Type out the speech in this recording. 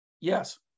Yes